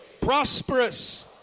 prosperous